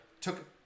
took